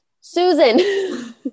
Susan